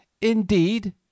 Indeed